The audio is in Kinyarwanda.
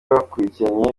bakurikiranye